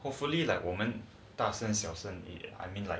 hopefully like 我们打算小声